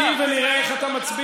נמתין ונראה איך אתה מצביע.